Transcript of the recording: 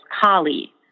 Kali